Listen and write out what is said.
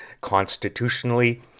constitutionally